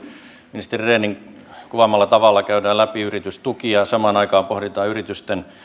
ministeri rehnin kuvaamalla tavalla käydään läpi yritystukia ja samaan aikaan pohditaan yritysten